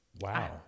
wow